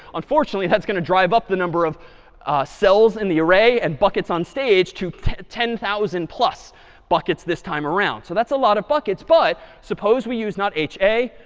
unfortunately, that's going to drive up the number of cells in the array and buckets on stage to ten thousand plus buckets this time around. so that's a lot of buckets. but suppose we use not ha,